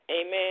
Amen